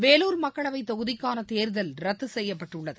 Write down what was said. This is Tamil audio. வேலூர் மக்களவைத் தொகுதிக்கானதேர்தல் ரத்துசெய்யப்பட்டுள்ளது